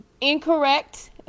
incorrect